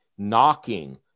Knocking